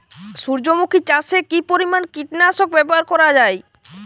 সূর্যমুখি চাষে কি পরিমান কীটনাশক ব্যবহার করা যায়?